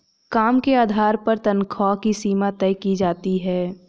काम के आधार पर तन्ख्वाह की सीमा तय की जाती है